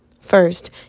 First